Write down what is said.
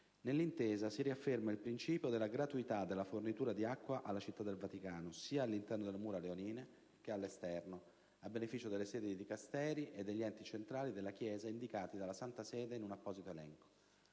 Nell'Intesa si riafferma il principio della gratuità della fornitura di acqua alla Città del Vaticano, sia all'interno delle Mura Leonine che all'esterno, a beneficio delle sedi di Dicasteri e degli enti centrali della Chiesa indicati dalla Santa Sede in un apposito elenco.